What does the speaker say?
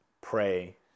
pray